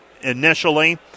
initially